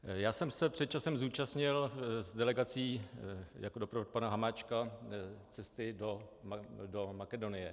Já jsem se před časem zúčastnil s delegací jako doprovod pana Hamáčka cesty do Makedonie.